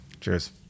Cheers